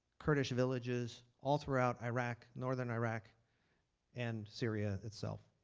kurdish villages all throughout iraq northern iraq and syria itself